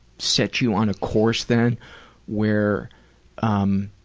set you on a course then where um